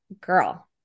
girl